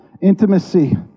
Intimacy